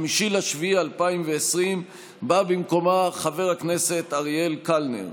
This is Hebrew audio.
5 ביולי 2020, בא במקומה חבר הכנסת אריאל קלנר.